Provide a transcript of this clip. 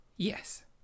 Yes